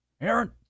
Aaron